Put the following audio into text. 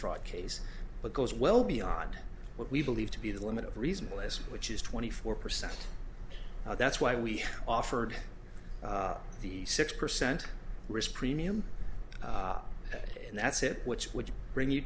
fraud case but goes well beyond what we believe to be the limit of reasonable as which is twenty four percent that's why we offered the six percent risk premium and that's it which would bring you